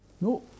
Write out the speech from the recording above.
no